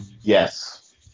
Yes